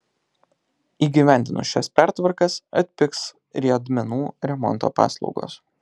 įgyvendinus šias pertvarkas atpigs riedmenų remonto paslaugos